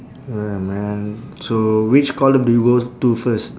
ya man so which column do you go to first